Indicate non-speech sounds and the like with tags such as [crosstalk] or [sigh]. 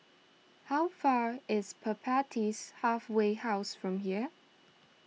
how far is [unintelligible] Halfway House from here